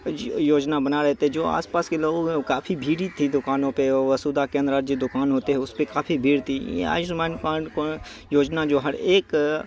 یوجنا بنا رہے تھے جو آس پاس کے لوگوں کا بھیڑ تھی دوکانوں پہ اور وسودا کیندرا جو دوکان ہوتے ہے اس پہ کافی بھیڑ تھی آیوسمان کارڈ کو یوجنا جو ہر ایک